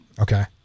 okay